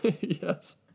Yes